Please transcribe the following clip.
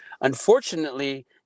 unfortunately